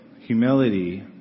humility